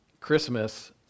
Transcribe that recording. Christmas